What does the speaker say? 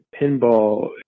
pinball